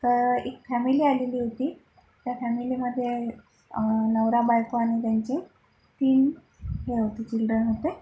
तर एक फॅमिली आलेली होती त्या फॅमिलीमध्ये नवरा बायको आणि त्यांचे तीन हे होते चिल्ड्रन होते